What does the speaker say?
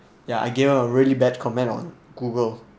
ya I gave them a really bad comment on google